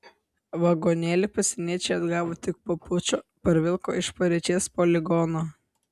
vagonėlį pasieniečiai atgavo tik po pučo parvilko iš pariečės poligono